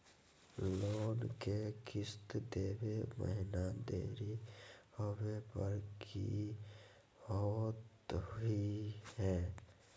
Loan के किस्त देवे महिना देरी होवे पर की होतही हे?